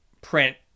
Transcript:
print